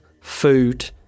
food